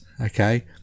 okay